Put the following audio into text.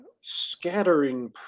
scattering